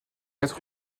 quatre